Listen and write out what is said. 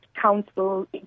council